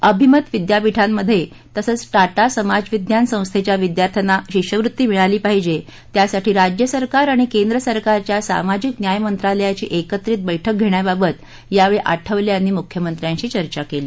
अभिमत विद्यापिठांमधे तसंच टाटा समाजविज्ञान संस्थेच्या विद्यार्थ्यांना शिष्यवृत्ती मिळाली पाहिजे त्यासाठी राज्य सरकार आणि केंद्र सरकारच्या सामाजिक न्याय मंत्रालयाची एकत्रित वैठक घेण्याबाबत यावेळी आठवले यांनी मुख्यमंत्र्यांशी चर्चा केली